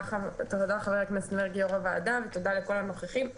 תודה יושב ראש הוועדה ותודה לכל הנוכחים.